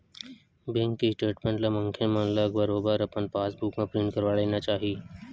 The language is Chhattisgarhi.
बेंक के स्टेटमेंट ला मनखे मन ल बरोबर अपन पास बुक म प्रिंट करवा लेना ही चाही